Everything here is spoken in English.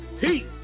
peace